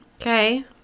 Okay